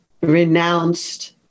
renounced